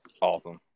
Awesome